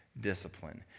discipline